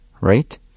right